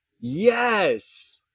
Yes